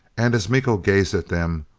and as miko gazed at them,